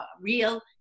real